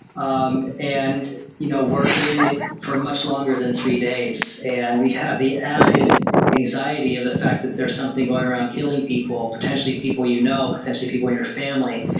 um and you know we're in it for much longer than three days, and we have the added anxiety of the fact that there's something going around killing people, potentially people you know, potentially people in your family.